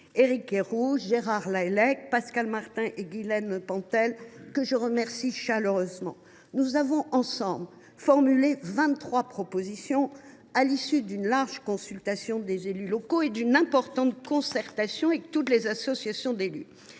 Éric Kerrouche, Gérard Lahellec, Pascal Martin et Guylène Pantel, que je remercie chaleureusement. Ensemble, nous avons formulé vingt trois propositions à l’issue d’une large consultation des élus locaux et d’une importante concertation avec toutes les associations d’élus.